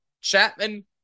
Chapman